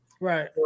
Right